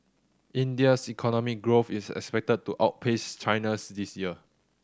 India's economic growth is expected to outpace China's this year